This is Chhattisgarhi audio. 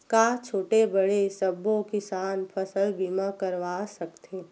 का छोटे बड़े सबो किसान फसल बीमा करवा सकथे?